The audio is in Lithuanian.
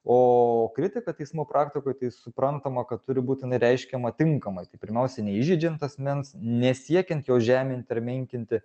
o kritika teismų praktikoj tai suprantama kad turi būt jinai reiškiama tinkamai tai pirmiausia neįžeidžiant asmens nesiekiant jo žeminti ar menkinti